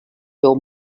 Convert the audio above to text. veu